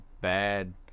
bad